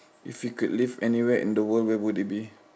if you could live anywhere in the world where would it be